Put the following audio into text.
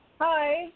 Hi